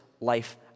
life